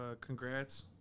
congrats